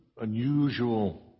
unusual